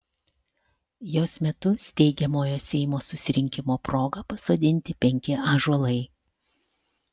jos metu steigiamojo seimo susirinkimo proga pasodinti penki ąžuolai